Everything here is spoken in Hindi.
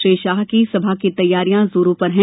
श्री शाह की सभा की तैयारियों जोरो पर हैं